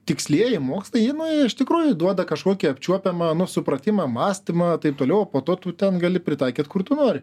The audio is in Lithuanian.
tikslieji mokslai jie nu iš tikrųjų duoda kažkokį apčiuopiamą nu supratimą mąstymą taip toliau o po to tu ten gali pritaikyt kur tu nori